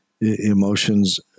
emotions